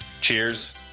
Cheers